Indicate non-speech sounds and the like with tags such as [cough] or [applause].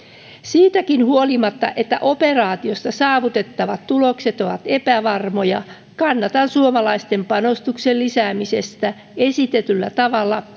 siitäkin huolimatta että operaatiossa saavutettavat tulokset ovat epävarmoja kannatan suomalaisten panostuksen lisäämistä esitetyllä tavalla [unintelligible]